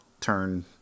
turn